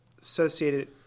associated